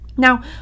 Now